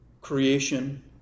creation